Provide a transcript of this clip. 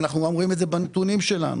ואנחנו גם רואים את זה בנתונים שלנו,